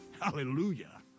hallelujah